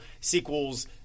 sequels